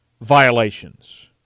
violations